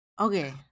Okay